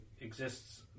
exists